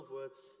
words